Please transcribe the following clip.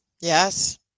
Yes